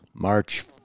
March